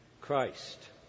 Christ